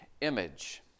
image